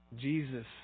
Jesus